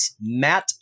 Matt